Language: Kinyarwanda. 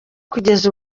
kugeza